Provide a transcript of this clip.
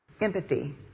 Empathy